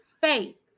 faith